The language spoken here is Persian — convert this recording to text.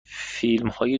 فیلمای